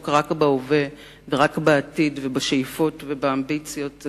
שלעסוק רק בהווה ורק בעתיד ובשאיפות ובאמביציות בלי להיות מחובר לעבר,